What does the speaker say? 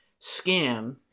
scam